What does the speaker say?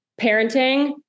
parenting